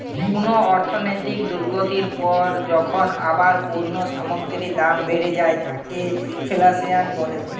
কুনো অর্থনৈতিক দুর্গতির পর পরই যখন আবার পণ্য সামগ্রীর দাম বেড়ে যায় তাকে রেফ্ল্যাশন বলে